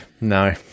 No